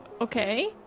Okay